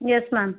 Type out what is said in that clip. yes ma'am